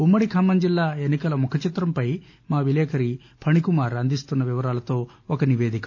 ఉమ్మడి ఖమ్మం జిల్లా ఎన్నికల ముఖ చిత్రంపై మా విలేఖరి ఫణికుమార్ అందిస్తున్న వివరాలతో ఒక నివేదిక